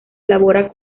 elabora